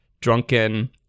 drunken